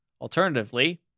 Alternatively